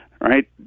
right